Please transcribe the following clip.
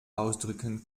ausdrücken